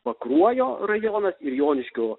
pakruojo rajonas ir joniškio